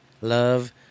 love